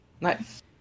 nice